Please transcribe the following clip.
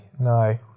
No